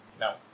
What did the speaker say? No